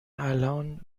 الان